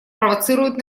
провоцирует